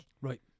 Right